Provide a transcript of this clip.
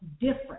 different